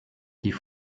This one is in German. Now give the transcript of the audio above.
die